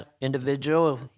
individual